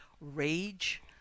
rage